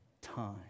time